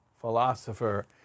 philosopher